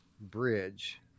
bridge